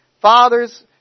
Fathers